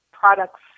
products